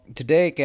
today